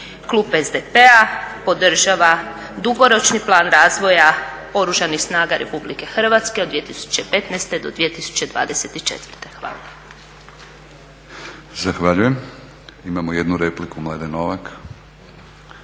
Klub SDP-a podržava Dugoročni plan razvoja Oružanih snaga Republike Hrvatske od 2015. do 2024. Hvala lijepa. **Batinić, Milorad